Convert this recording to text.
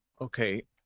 Okay